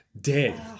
dead